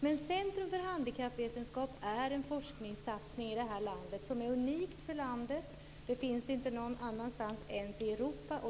Men Centrum för handikappvetenskap är en forskningssatsning i vårt landet som är unikt för landet. Det finns ingen annanstans, inte ens i Europa.